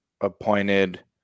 appointed